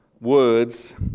words